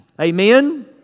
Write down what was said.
Amen